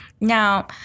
Now